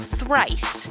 thrice